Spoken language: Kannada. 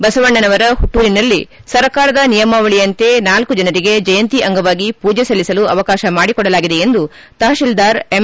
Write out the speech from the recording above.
ಬಸವಣ್ಣನವರ ಹುಟ್ಟೂರಿನಲ್ಲಿ ಸರ್ಕಾರದ ನಿಯಮಾವಳಿಯಂತೆ ನಾಲ್ಕು ಜನರಿಗೆ ಜಯಂತಿ ಅಂಗವಾಗಿ ಪೂಜೆ ಸಲ್ಲಿಸಲು ಅವಕಾಶ ಮಾಡಿಕೊಡಲಾಗಿದೆ ಎಂದು ತಹಶೀಲ್ದಾರ್ ಎಂ